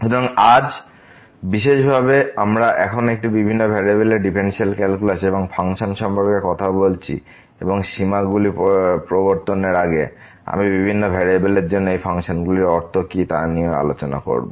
সুতরাং আজ বিশেষভাবে আমরা এখন বিভিন্ন ভেরিয়েবলের ডিফারেনশিয়াল ক্যালকুলাস এবং ফাংশন সম্পর্কে কথা বলছি এবং সীমা গুলি প্রবর্তনের আগে আমি বিভিন্ন ভেরিয়েবলের জন্য এই ফাংশনগুলির অর্থ কী তা নিয়েও আলোচনা করব